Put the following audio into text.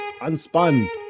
Unspun